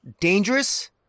dangerous